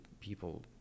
people